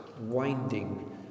winding